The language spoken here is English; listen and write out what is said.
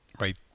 right